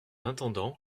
attendant